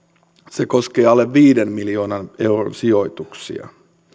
se koskee alle viiden miljoonan euron sijoituksia